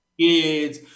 kids